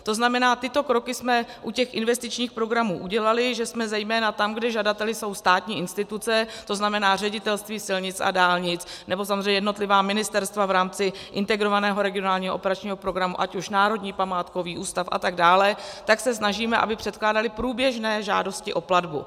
To znamená, tyto kroky jsme u těch investičních programů udělali, že jsme zejména tam, kde žadateli jsou státní instituce, tzn. Ředitelství silnic a dálnic nebo samozřejmě jednotlivá ministerstva v rámci Integrovaného regionálního operačního programu, ať už Národní památkový ústav atd., tak se snažíme, aby předkládali průběžné žádosti o platbu.